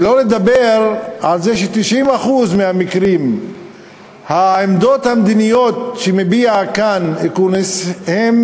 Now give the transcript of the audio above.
שלא לדבר על זה שב-90% מהמקרים העמדות המדיניות שמביע כאן אקוניס הן